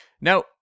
Now